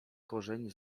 korzeń